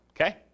Okay